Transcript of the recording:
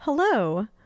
Hello